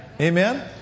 Amen